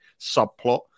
subplot